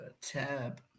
Tab